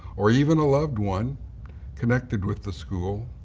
or even a loved one connected with the school.